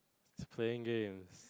is playing games